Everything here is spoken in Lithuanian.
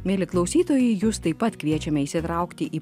mieli klausytojai jus taip pat kviečiame įsitraukti į